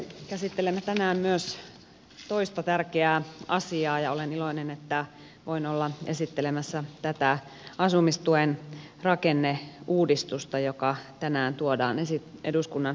käsittelemme tänään myös toista tärkeää asiaa ja olen iloinen että voin olla esittelemässä tätä asumistuen rakenneuudistusta joka tänään tuodaan eduskunnan käsittelyyn